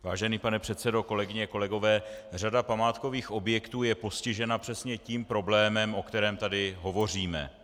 Vážený pane předsedo, kolegyně, kolegové, řada památkových objektů je postižena přesně tím problémem, o kterém tady hovoříme.